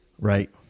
Right